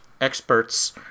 experts